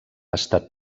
estat